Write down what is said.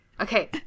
Okay